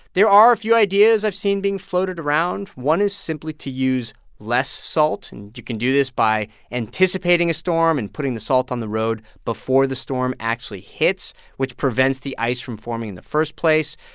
there are a few ideas i've seen being floated around. one is simply to use less salt, and you can do this by anticipating a storm and putting the salt on the road before the storm actually hits, which prevents the ice from forming in the first place.